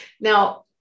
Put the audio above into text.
Now